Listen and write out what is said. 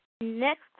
Next